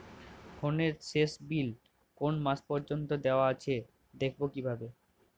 ফোনের শেষ বিল কোন মাস পর্যন্ত দেওয়া আছে দেখবো কিভাবে?